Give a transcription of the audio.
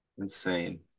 Insane